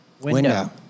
Window